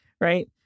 Right